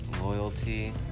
loyalty